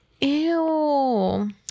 Ew